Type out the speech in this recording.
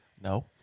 No